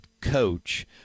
coach